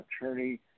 attorney